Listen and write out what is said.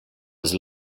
was